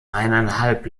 eineinhalb